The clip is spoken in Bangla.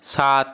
সাত